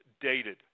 dated